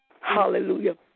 Hallelujah